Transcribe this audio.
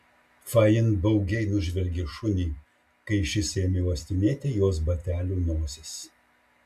fain baugiai nužvelgė šunį kai šis ėmė uostinėti jos batelių nosis